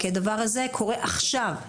כי הדבר הזה קורה עכשיו,